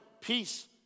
peace